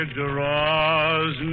draws